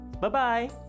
bye-bye